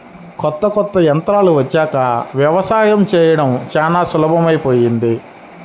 కొత్త కొత్త యంత్రాలు వచ్చాక యవసాయం చేయడం చానా సులభమైపొయ్యింది